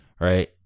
Right